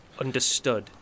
Understood